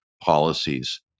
policies